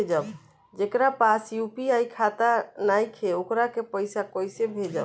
जेकरा पास यू.पी.आई खाता नाईखे वोकरा के पईसा कईसे भेजब?